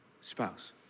spouse